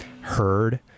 heard